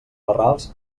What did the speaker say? barrals